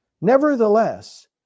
Nevertheless